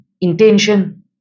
intention